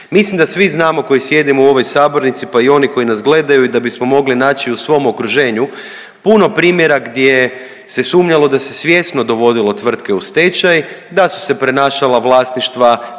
Mislim da svi znamo koji sjedimo u ovoj sabornici pa i oni koji nas gledaju da bismo mogli naći u svom okruženju puno primjera gdje se sumnjalo da se svjesno dovodilo tvrtke u stečaj, da su se prenašala vlasništva, da se